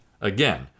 Again